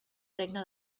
regne